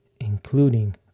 including